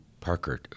Parker